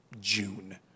June